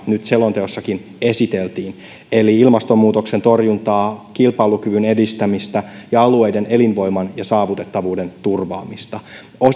nyt selonteossakin esiteltiin eli ilmastonmuutoksen torjuntaa kilpailukyvyn edistämistä ja alueiden elinvoiman ja saavutettavuuden turvaamista